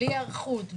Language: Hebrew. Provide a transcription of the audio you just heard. בלי היערכות,